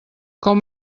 com